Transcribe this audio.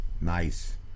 Nice